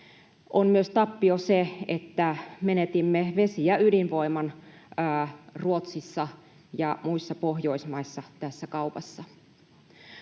On tappio myös se, että menetimme vesi- ja ydinvoiman Ruotsissa ja muissa Pohjoismaissa tässä kaupassa.